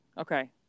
okay